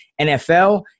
NFL